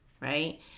right